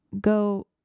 go